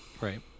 Right